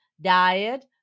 diet